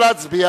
אני קובע